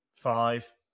five